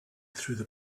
through